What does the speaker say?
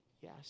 Yes